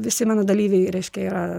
visi mano dalyviai reiškia yra